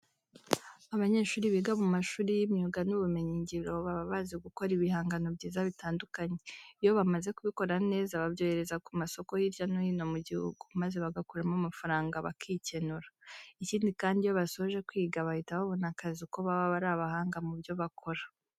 Abanyeshuri biga mu mashuri y'imyuga n'ubumenyingiro, baba bazi gukora ibihangano byiza bitandukanye. Iyo bamaze kubikora neza babyohereza ku masoko hirya no hino mu gihugu, maze bagakuramo amafaranga bakikenura. Ikindi kandi iyo basoje kwiga bahita babona akazi kuko baba ari abahanga mu byo bakora.